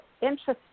interesting